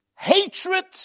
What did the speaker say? Hatred